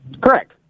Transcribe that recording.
Correct